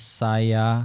saya